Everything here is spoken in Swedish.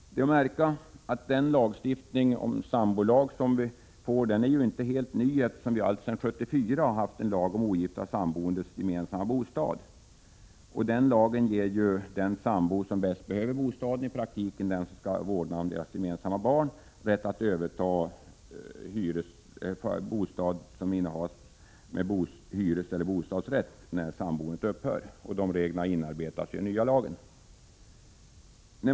Det är att märka att den nu föreslagna sambolagen inte är helt ny, eftersom vi alltsedan 1974 har haft en lag om ogifta samboendes gemensamma bostad. Denna lag ger den sambo som bäst behöver bostaden, dvs. i praktiken den som skall ha vårdnaden om gemensamma barn, rätt att när samboendet upphör överta bostad som innehas med hyreseller bostadsrätt. Dessa regler inarbetas nu i den nya lagen.